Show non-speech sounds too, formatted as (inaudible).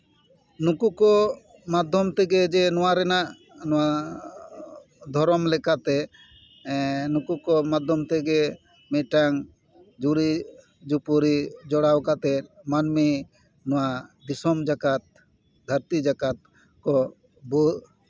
ᱱᱩᱠᱩ ᱠᱚ ᱢᱟᱫᱽᱫᱷᱚᱢ ᱛᱮᱜᱮ ᱡᱮ ᱱᱚᱣᱟ ᱨᱮᱱᱟᱜ ᱱᱚᱣᱟ ᱫᱷᱚᱨᱚᱢ ᱞᱮᱠᱟᱛᱮ ᱱᱩᱠᱩ ᱠᱚ ᱢᱟᱫᱽᱫᱷᱚᱢ ᱛᱮᱜᱮ ᱢᱤᱫᱴᱟᱝ ᱡᱩᱨᱤᱼᱡᱩᱯᱩᱨᱤ ᱡᱚᱲᱟᱣ ᱠᱟᱛᱮ ᱢᱟᱹᱱᱢᱤ ᱱᱚᱣᱟ ᱫᱤᱥᱚᱢ ᱡᱟᱠᱟᱛ ᱫᱷᱟᱹᱨᱛᱤ ᱡᱟᱠᱟᱛ ᱠᱚ (unintelligible)